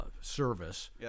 service